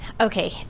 okay